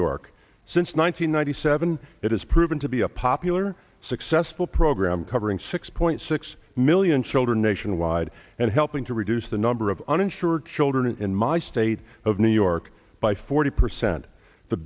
york since one nine hundred ninety seven it has proven to be a popular successful program covering six point six million children nationwide and helping to reduce the number of uninsured children in my state of new york by forty percent the